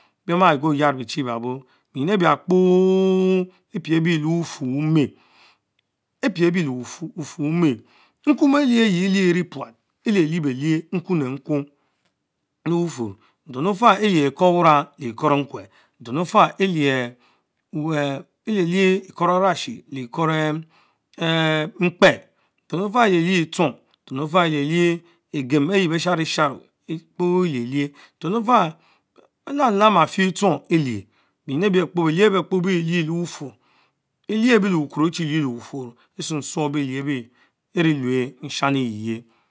Beh ma Kur yarr biechie ebiabo, benyin ebiakpo epiebrie le bufur ume, ebie bie leh ufur ume. Nkung Belieh eyie elich erie puat elialie belieh nkun le-anku le bufurr, nten Afah. Elien ekurr wurang le Ikum nkwe, nten offer clich ent elielie ikir arashi le kun rein mikpe, nten Ofals llie-lied eterong, ntem efar elielie egem eyie bree shanie-Sharie Kpo elielie, iten ofala ben lamlam afietchon elie, benyin ebie behels ebe bee lie lebafum, blieben lebufurrelien ben lebukuro. ssong song, eliebe elue nsani iryie.